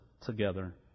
together